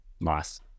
Nice